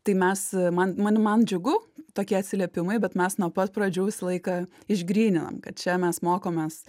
tai mes man man man džiugu tokie atsiliepimai bet mes nuo pat pradžių visą laiką išgrynintam kad čia mes mokomės